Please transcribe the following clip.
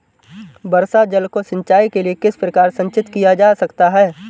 वर्षा जल को सिंचाई के लिए किस प्रकार संचित किया जा सकता है?